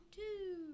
two